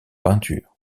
peinture